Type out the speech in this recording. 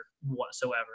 whatsoever